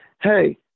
hey